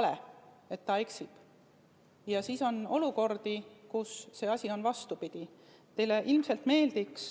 aeg-ajalt eksib ning on olukordi, kus see on vastupidi. Teile ilmselt meeldiks